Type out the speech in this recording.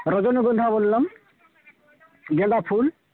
রজনীগন্ধা বললাম গাঁদা ফুল